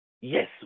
Yes